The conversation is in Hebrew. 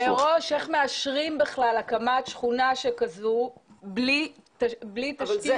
מראש איך מאשרים בכלל הקמת שכונה כזו בלי תשתית.